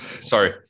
sorry